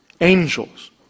angels